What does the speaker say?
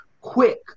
quick